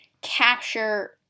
capture